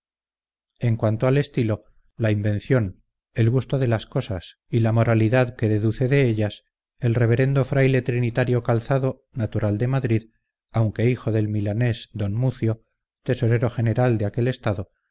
en cuanto al estilo la invención el gusto de las cosas y la moralidad que deduce de ellas el reverendo fraile trinitario calzado natural de madrid aunque hijo del milanés d mucio tesorero general de aquel estado